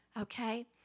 Okay